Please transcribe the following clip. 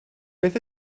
beth